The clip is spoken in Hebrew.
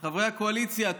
חברי הקואליציה.